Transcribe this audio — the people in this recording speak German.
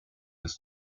des